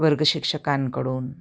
वर्ग शिक्षकांकडून